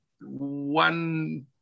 one